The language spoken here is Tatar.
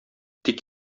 тик